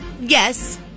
yes